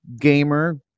gamer